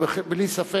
בלי ספק,